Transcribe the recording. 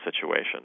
situation